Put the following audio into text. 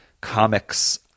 comics